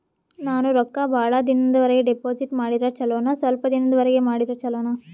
ನಾನು ರೊಕ್ಕ ಬಹಳ ದಿನಗಳವರೆಗೆ ಡಿಪಾಜಿಟ್ ಮಾಡಿದ್ರ ಚೊಲೋನ ಸ್ವಲ್ಪ ದಿನಗಳವರೆಗೆ ಮಾಡಿದ್ರಾ ಚೊಲೋನ?